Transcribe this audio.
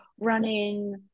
running